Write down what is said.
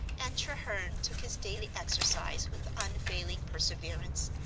and treherne took his daily exercise with unfailing perseverance,